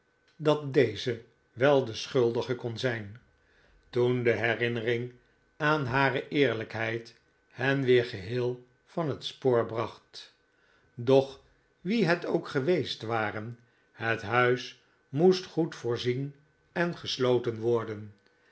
dat deze wel de schuldige kon zijn toen de herinnering aan hare eerlijkheid hen weer geheel van het spoor bracht doch w i e het ook geweest waren het huis moest goed voorzien en gesloten worden